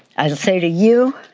i just say to you